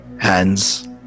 hands